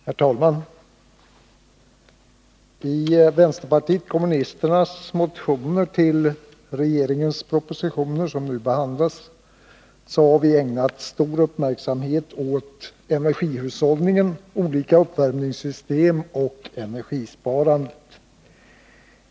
Herr talman! I vänsterpartiet kommunisternas motioner till regeringens propositioner som nu behandlas har vi ägnat stor uppmärksamhet åt energihushållningen, olika uppvärmningssystem och energisparandet.